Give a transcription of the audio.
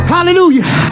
Hallelujah